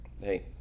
Hey